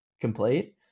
complete